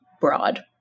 broad